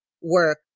work